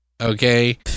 Okay